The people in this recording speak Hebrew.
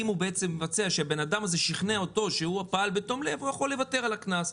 אם הבן אדם שכנע אותו שהוא פעל בתום לב הוא יכול לוותר על הקנס.